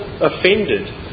offended